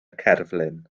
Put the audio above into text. cerflun